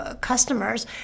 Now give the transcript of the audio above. Customers